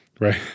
Right